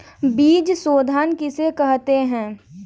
बीज शोधन किसे कहते हैं?